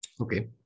Okay